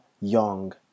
young